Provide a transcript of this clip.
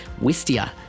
Wistia